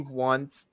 wants